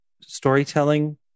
storytelling